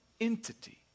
entity